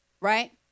Right